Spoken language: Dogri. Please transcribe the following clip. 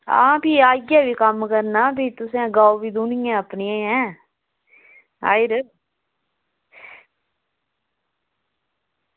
आं भी आइयै बी कम्म करना ते तुसें आइयै गौ बी दोह्नी ऐ आई